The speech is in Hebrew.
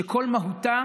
שכל מהותה